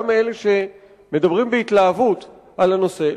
גם אלה שמדברים בהתלהבות על הנושא,